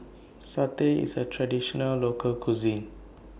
Satay IS A Traditional Local Cuisine